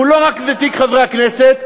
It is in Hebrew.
שהוא לא רק ותיק חברי הכנסת,